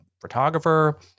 photographer